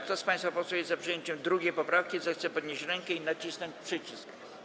Kto z państwa posłów jest za przyjęciem 2. poprawki, zechce podnieść rękę i nacisnąć przycisk.